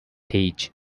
teach